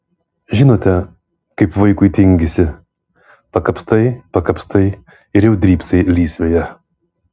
žinote kaip vaikui tingisi pakapstai pakapstai ir jau drybsai lysvėje